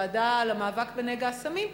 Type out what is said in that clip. בוועדה למאבק בנגע הסמים,